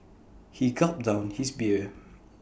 he gulped down his beer